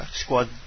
squad